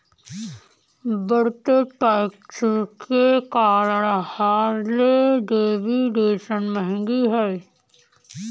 बढ़ते टैक्स के कारण हार्ले डेविडसन महंगी हैं